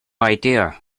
idea